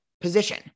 position